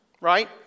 Right